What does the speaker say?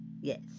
Yes